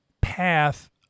path